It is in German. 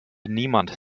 niemand